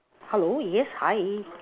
hello yes hi